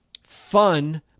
fun